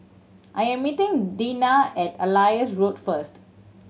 I am meeting Dinah at Ellis Road first